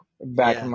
back